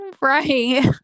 Right